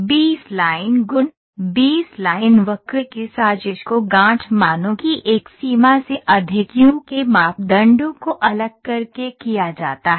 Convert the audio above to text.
B spline गुण B spline वक्र की साजिश को गाँठ मानों की एक सीमा से अधिक यू के मापदंडों को अलग करके किया जाता है